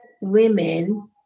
women